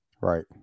Right